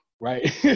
right